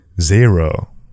zero